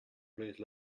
please